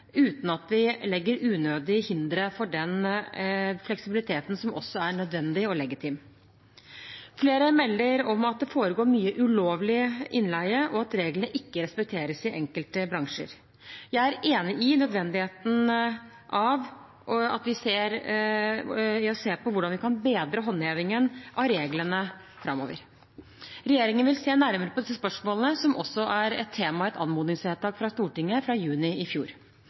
uten at vi legger unødige hindre for den fleksibiliteten som er nødvendig og legitim. Flere melder om at det foregår mye ulovlig innleie, og at reglene ikke respekteres i enkelte bransjer. Jeg er enig i nødvendigheten av å se på hvordan vi kan bedre håndhevingen av reglene framover. Regjeringen vil se nærmere på disse spørsmålene, som også er et tema i et anmodningsvedtak fra Stortinget fra juni i fjor.